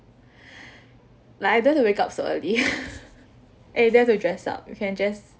like I don't have to wake up so early and you don't have to dress up you can just